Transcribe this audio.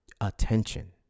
attention